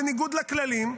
בניגוד לכללים.